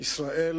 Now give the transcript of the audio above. ישראל